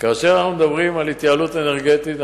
כאשר אנחנו מדברים על התייעלות אנרגטית,